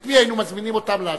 את מי היינו מזמינים להשיב?